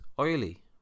oily